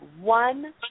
one